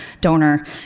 donor